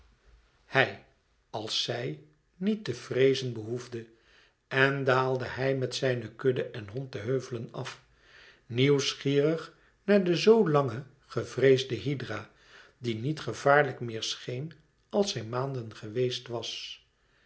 hij als zij niet te vreezen behoefde en daalde hij met zijne kudde en hond de heuvelen af nieuwsgierig naar de zoo lange gevreesde hydra die niet gevaarlijk meer scheen als zij maanden geweest was